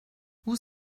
vous